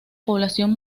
población